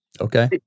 Okay